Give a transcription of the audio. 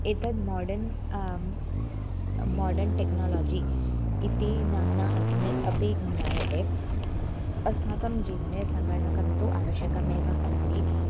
एतद् modern modern technology इति नाम्ना अपि अपि ज्ञायते अस्माकं जीवने सङ्गणकं तु आवश्यकमेव अस्ति